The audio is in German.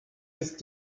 ist